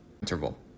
interval